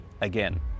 again